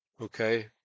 okay